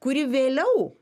kuri vėliau